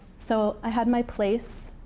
so i had my place.